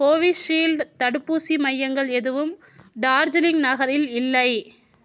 Covishield தடுப்பூசி மையங்கள் எதுவும் டார்ஜிலிங் நகரில் இல்லை